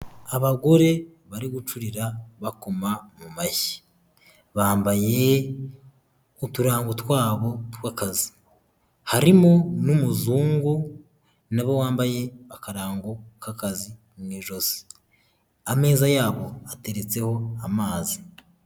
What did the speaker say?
Abagore bari gucurira bakoma mu mashyi. Bambaye uturango twabo tw'akazi. Harimo n'umuzungu na we wambaye akarango k'akazi mu ijosi. Ameza yabo ateretseho amazi.